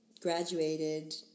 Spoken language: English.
graduated